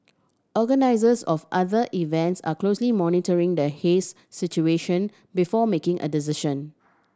organisers of other events are closely monitoring the haze situation before making a decision